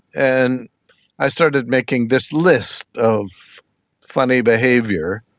and i started making this list of funny behaviour,